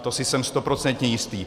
To si jsem stoprocentně jistý.